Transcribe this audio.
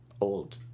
old